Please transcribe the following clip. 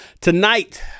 Tonight